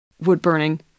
wood-burning